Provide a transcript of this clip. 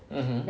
mmhmm